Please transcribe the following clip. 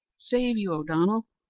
save you, o'donnell,